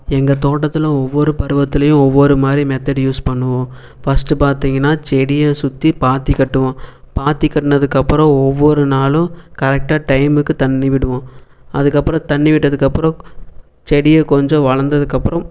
எங்கள் தோட்டத்தில் ஒவ்வொரு பருவத்திலையும் ஒவ்வொரு மாதிரி மெத்தட் யூஸ் பண்ணுவோம் ஃபர்ஸ்ட் பார்த்தீங்கன்னா செடியை சுற்றி பாத்தி கட்டுவோம் பாத்தி கட்டுனதுக்கப்புறம் ஒவ்வொரு நாளும் கரெக்டாக டைமுக்கு தண்ணி விடுவோம் அதுக்கப்புறம் தண்ணி விட்டதுக்கப்புறம் செடியை கொஞ்சோம் வளர்ந்ததுக்குகப்புறம்